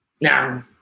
Now